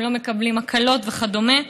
הם לא מקבלים הקלות וכדומה.